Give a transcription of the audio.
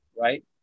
right